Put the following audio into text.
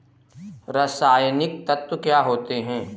रसायनिक तत्व क्या होते हैं?